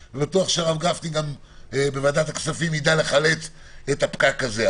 אני בטוח שהרב גפני בוועדת הכספים יידע לחלץ את הפקק הזה.